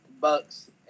Bucks